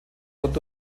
dort